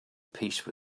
peace